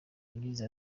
yagize